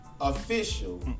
official